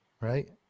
Right